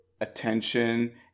attention